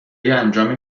انجام